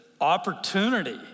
opportunity